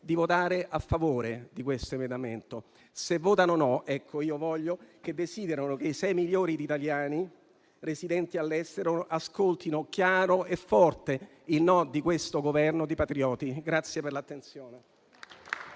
di votare a favore di questo emendamento; se votano contro, desidero che i sei milioni di italiani residenti all'estero ascoltino chiaro e forte il no di questo Governo di patrioti.